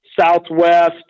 southwest